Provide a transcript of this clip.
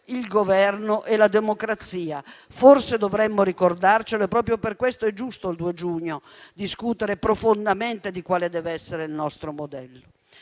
il governo e la democrazia. Forse dovremmo ricordarcelo e proprio per questo è giusto, il 2 giugno, discutere profondamente di quale deve essere il nostro modello.